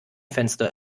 fenster